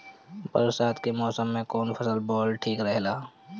बरसात के मौसम में कउन फसल बोअल ठिक रहेला?